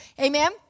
Amen